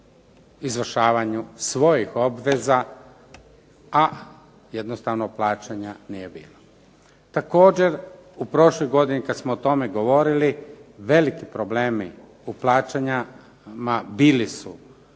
izvršavanju svojih obveza, a jednostavno plaćanja nije bilo. Također u prošloj godini kada smo o tome govorili veliki problemi u plaćanju bili su